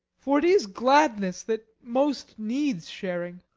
for it is gladness that most needs sharing.